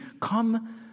Come